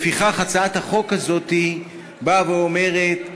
לפיכך, הצעת החוק הזאת באה ואומרת: